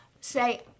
say